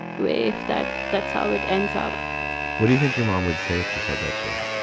wave that that's how it ends up what do you think your mom would say if you said that to her?